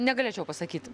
negalėčiau pasakyt